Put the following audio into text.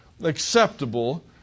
acceptable